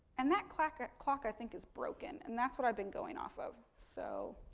and that clock ah clock i think is broken and that's what i've been going off of. so,